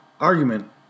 argument